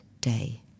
day